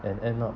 and end up